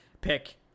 pick